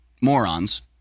morons